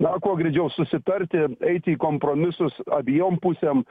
na kuo greičiau susitarti eiti į kompromisus abiejom pusėm